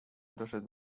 doszedł